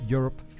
Europe